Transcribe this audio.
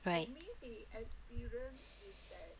right